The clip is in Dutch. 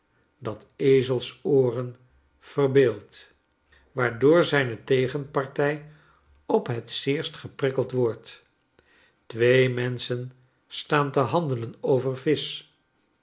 dat ezelsooren verbeeldt waardoor zijne tegenpartij op het zeerst geprikkeld wordt twee menschen staan te handelen